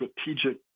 strategic